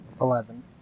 Eleven